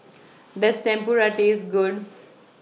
Does Tempura Taste Good